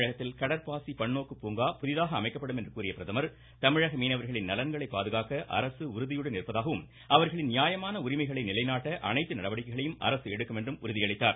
தமிழகத்தில் கடற்பாசி பன்னோக்கு பூங்கா புதிதாக அமைக்கப்படும் என்று கூறிய பிரதமா் தமிழக மீனவர்களின் நலன்களை பாதுகாக்க அரசு உருதியுடன் இருப்பதாகவும் அவர்களின் நியாயமான உரிமைகளை நிலைநாட்ட அனைத்து நடவடிக்கைகளையும் அரசு எடுக்கும் என உறுதியளித்தார்